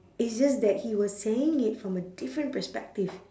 it's just that he was saying it from a different perspective